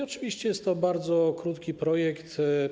Oczywiście, jest to bardzo krótki projekt.